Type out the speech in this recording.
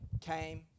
came